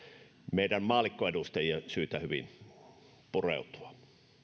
meidän maallikkoedustajien syytä hyvin pureutua